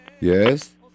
Yes